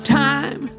time